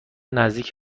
نزدیک